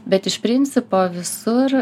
bet iš principo visur